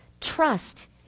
trust